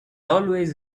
always